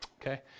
Okay